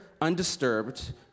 undisturbed